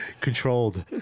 Controlled